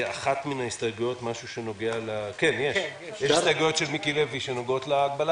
ההסתייגויות של מיקי לוי נוגעות להגבלה